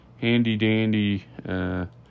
handy-dandy